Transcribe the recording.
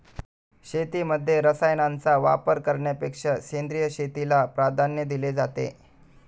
शेतीमध्ये रसायनांचा वापर करण्यापेक्षा सेंद्रिय शेतीला प्राधान्य दिले जाते